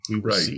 right